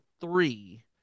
three